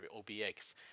OBX